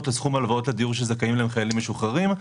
לסכום הלוואות לדיור שזכאים להם חיילים משוחררים,